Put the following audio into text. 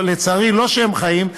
לצערי לא שהם חיים,